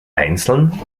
einzeln